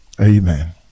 Amen